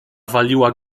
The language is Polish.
waliła